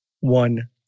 one